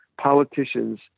politicians